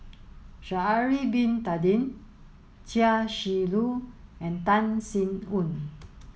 Sha'ari Bin Tadin Chia Shi Lu and Tan Sin Aun